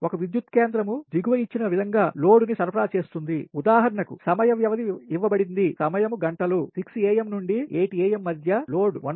ఒక విద్యుత్ కేంద్రం దిగువ ఇచ్చిన విధం గా లోడ్ ని సరఫరా చేస్తుంది ఉదాహరణకు సమయ వ్యవధి ఇవ్వబడింది సమయం గంటలు 6 am నుండి 8 am మధ్య లోడ్ 1